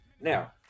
Now